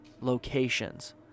Locations